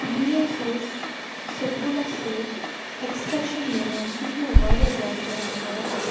بیٚیہِ ٲسۍ أسۍ سکوٗلَس سۭتۍ ایکسکرشَن نِوان سُہ چھُ مےٚ واریاہ زیادٕ یادگار